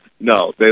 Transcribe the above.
No